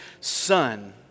son